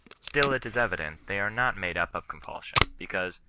still it is evident they are not made up of compulsion, because,